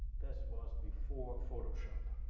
this was before photoshop.